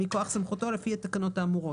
מכוח סמכותו לפי התקנות האמורות.